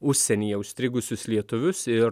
užsienyje užstrigusius lietuvius ir